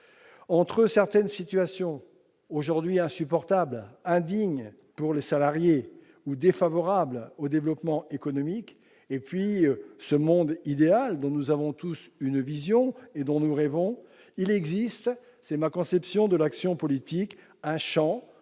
Entre certaines situations aujourd'hui insupportables, indignes pour les salariés ou défavorables au développement économique et le monde idéal dont nous avons tous une vision et dont nous rêvons, il existe- c'est ma conception de l'action politique -un champ